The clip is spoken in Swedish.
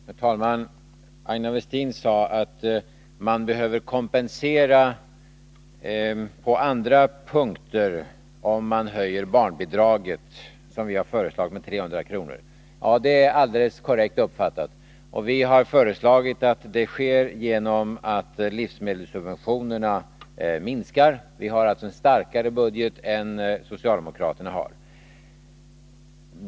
Herr talman! Aina Westin sade att man behöver kompensera på andra punkter om man höjer barnbidraget, som vi har föreslagit, med 300 kr. Ja, det är alldeles korrekt uppfattat. Vi har föreslagit att det sker genom att livsmedelssubventionerna minskar. Vi har alltså en starkare budget än vad socialdemokraterna har.